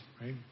right